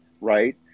Right